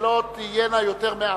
שלא תהיינה יותר מארבע.